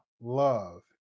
love